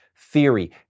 theory